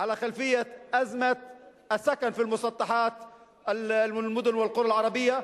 להשתתף ולציית להחלטה של ועדת המעקב ולשבות ביום ראשון